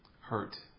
Hurt